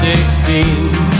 Sixteen